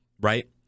right